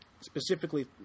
specifically